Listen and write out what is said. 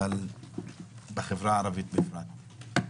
אבל בחברה הערבית בפרט.